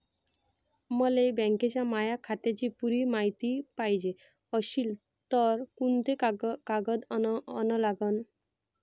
मले बँकेच्या माया खात्याची पुरी मायती पायजे अशील तर कुंते कागद अन लागन?